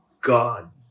God